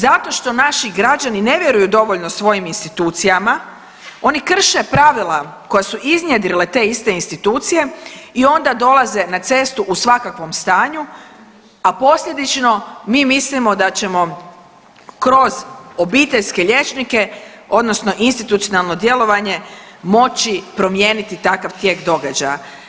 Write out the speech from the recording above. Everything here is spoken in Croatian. Zato što naši građani ne vjeruju dovoljno svojim institucijama oni krše pravila koje su iznjedrile te iste institucije i onda dolaze na cestu u svakakvom stanju, a posljedično mi mislio da ćemo kroz obiteljske liječnike odnosno institucionalno djelovanje moći promijeniti takav tijek događaja.